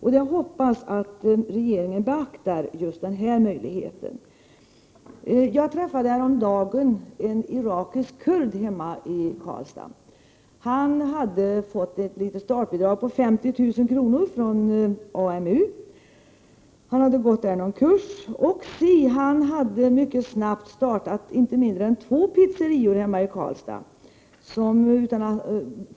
Jag hoppas att regeringen beaktar just möjligheten att samverka med de ideella organisationerna. Jag träffade häromdagen en irakisk kurd hemma i Karlstad. Han hade fått ett startbidrag om 50 000 kr. från AMU där han hade gått en kurs. Han hade mycket snabbt startat inte mindre än två pizzerior hemma i Karlstad.